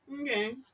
okay